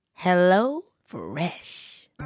HelloFresh